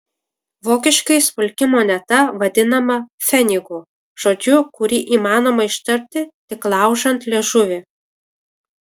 vokiškai smulki moneta vadinama pfenigu žodžiu kurį įmanoma ištarti tik laužant liežuvį